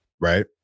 Right